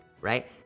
right